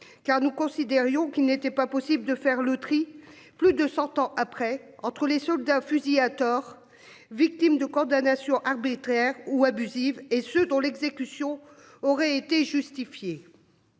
car nous considérions qu'il n'était pas possible de faire le tri. Plus de 100 ans après, entre les soldats, fusillés à tort, victime de condamnations arbitraires ou abusive et ceux dont l'exécution aurait été justifié.